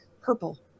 purple